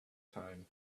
time